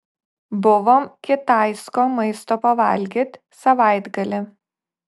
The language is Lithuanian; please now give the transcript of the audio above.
buvom kitaisko maisto pavalgyt savaitgalį